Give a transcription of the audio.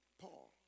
Paul